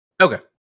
Okay